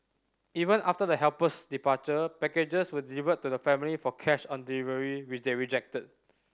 even after the helper's departure packages were delivered to the family for cash on delivery which they rejected